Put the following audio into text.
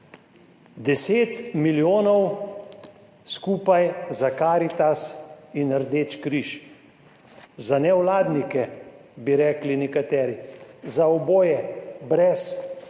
10 milijonov skupaj za Karitas in Rdeči križ, za nevladnike, bi rekli nekateri. Za oboje brez